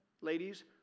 ladies